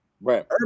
Right